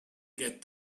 get